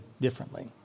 differently